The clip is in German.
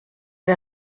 der